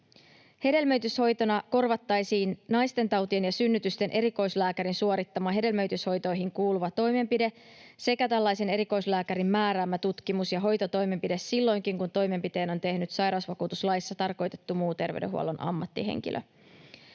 Hedelmöityshoitona korvattaisiin naistentautien ja synnytysten erikoislääkärin suorittama hedelmöityshoitoihin kuuluva toimenpide sekä tällaisen erikoislääkärin määräämä tutkimus- ja hoitotoimenpide silloinkin kun toimenpiteen on tehnyt sairausvakuutuslaissa tarkoitettu muu terveydenhuollon ammattihenkilö.